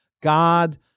God